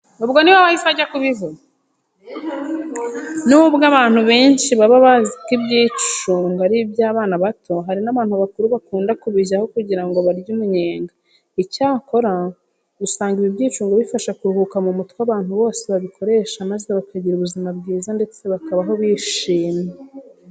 N'ubwo abantu benshi baba bazi ko ibyicungo ari iby'abana bato, hari n'abantu bakuru bakunda kubijyamo kugira ngo barye umunyenga. Icyakora usanga ibi byicungo bifasha kuruhuka mu mutwe abantu bose babikoresha maze bakagira ubuzima bwiza ndetse bakabaho bishimye.